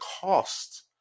cost